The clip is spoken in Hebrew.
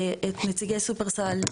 את נציגי שופרסל,